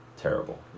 terrible